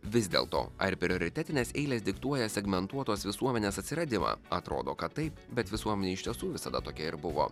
vis dėl to ar prioritetinės eilės diktuoja segmentuotos visuomenės atsiradimą atrodo kad taip bet visuomenė iš tiesų visada tokia ir buvo